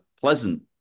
pleasant